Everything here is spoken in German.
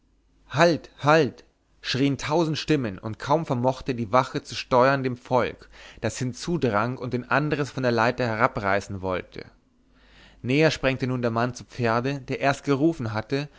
halt halt schrieen tausend stimmen und kaum vermochte die wache zu steuern dem volk das hinzudrang und den andres von der leiter herabreißen wollte näher sprengte nun der mann zu pferde der erst gerufen hatte